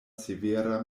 severa